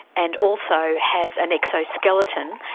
and also has an exo-skeleton,